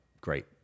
great